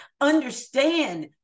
understand